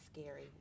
scary